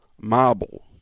marble